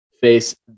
face